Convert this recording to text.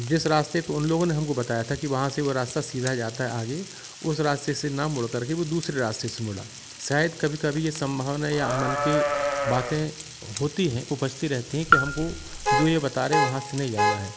जिस रास्ते को उन लोगों ने हमको बताया था कि वहाँ से वो रास्ता सीधा जाता है आगे उस रास्ते से न मुड़ कर के वो दूसरे रास्ते से मुड़ा शायद कभी कभी ये सम्भावना या मन की बातें होती हैं उपजती रहती हैं कि हमको जो यह बता रहे हैं वहाँ से नहीं जाना है